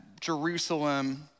Jerusalem